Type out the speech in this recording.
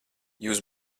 jūs